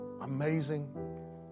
amazing